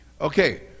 Okay